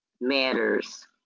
matters